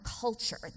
culture